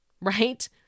right